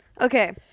Okay